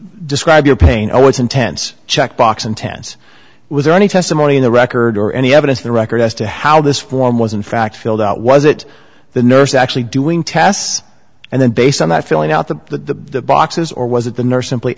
describe your pain oh it's intense checkbox intense was there any testimony in the record or any evidence the record as to how this form was in fact filled out was it the nurse actually doing tests and then based on that filling out the boxes or was it the nurs